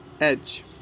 edge